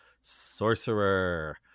Sorcerer